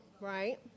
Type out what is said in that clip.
right